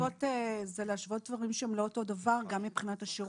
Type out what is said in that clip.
זה להשוות דברים שהם לא אותו דבר גם מבחינת השרות.